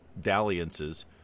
Dalliances